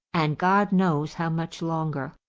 and god knows how much longer,